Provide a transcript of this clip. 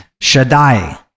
Shaddai